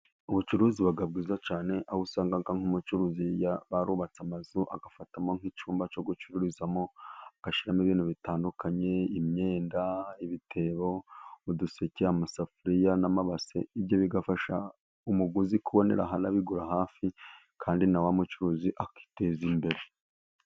Ubucuruzi buba bwiza cyane, aho usanga nk'umucuruzi barubatse amazu agafatamo nk'icyumba cyo gucururizamo, agashyiramo ibintu bitandukanye: imyenda, ibitebo, uduseke, amasafuriya n'amabase, ibyo bigafasha umuguzi kubonera ahantu arabigura hafi kandi na wa mucuruzi akiteza imbere.